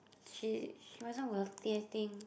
she she wasn't wealthy I think